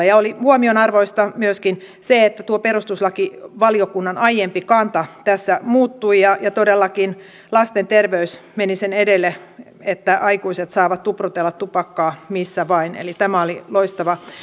ja oli huomionarvoista myöskin se että tuo perustuslakivaliokunnan aiempi kanta tässä muuttui ja ja todellakin lasten terveys meni sen edelle että aikuiset saavat tuprutella tupakkaa missä vain eli tämä oli loistava